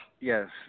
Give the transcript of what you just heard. yes